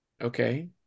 Okay